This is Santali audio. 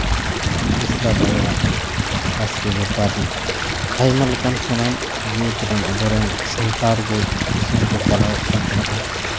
ᱵᱮᱥᱨᱟ ᱵᱟᱭᱟᱨ ᱵᱟᱥᱠᱮ ᱵᱮᱯᱟᱨᱤ ᱟᱭᱢᱟ ᱞᱮᱠᱟᱱ ᱥᱟᱱᱟᱢ ᱡᱟᱹᱛ ᱨᱮᱱ ᱟᱵᱚ ᱨᱮᱱ ᱥᱟᱱᱛᱟᱲ ᱜᱮ ᱫᱤᱥᱚᱢ ᱠᱚ ᱪᱟᱞᱟᱣᱮᱫ ᱠᱟᱱ ᱛᱟᱦᱮᱸᱜᱼᱟ